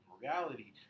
reality